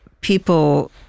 people